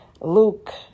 Luke